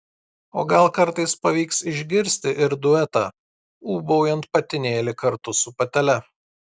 o gal kartais pavyks išgirsti ir duetą ūbaujant patinėlį kartu su patele